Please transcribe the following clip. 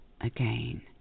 again